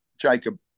Jacob